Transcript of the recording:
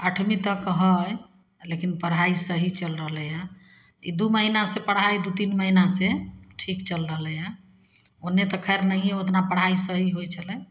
आठमी तक हइ लेकिन पढ़ाइ सही चलि रहलै हँ ई दुइ महिना से पढ़ाइ दुइ तीन महिना से ठीक चलि रहलै हँ ओन्ने तऽ खैर नहिए ओतना पढ़ाइ सही होइ छलै